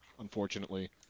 unfortunately